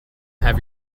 have